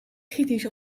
kritisch